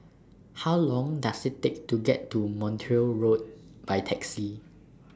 How Long Does IT Take to get to Montreal Road By Taxi